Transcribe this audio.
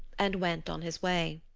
and went on his way.